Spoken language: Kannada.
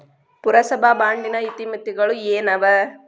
ಪುರಸಭಾ ಬಾಂಡಿನ ಇತಿಮಿತಿಗಳು ಏನವ?